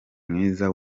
mwiza